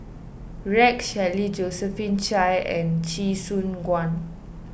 Rex Shelley Josephine Chia and Chee Soon Juan